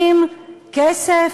כסף,